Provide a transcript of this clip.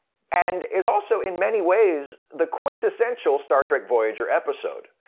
and is also in many ways the quintessential star trek voyager episode.